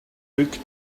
quick